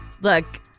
Look